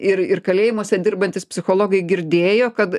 ir ir kalėjimuose dirbantys psichologai girdėjo kad